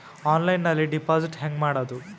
ಆನ್ಲೈನ್ನಲ್ಲಿ ಡೆಪಾಜಿಟ್ ಹೆಂಗ್ ಮಾಡುದು?